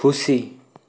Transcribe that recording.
खुसी